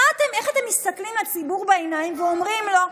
איך אתם מסתכלים לציבור בעיניים ואומרים לו,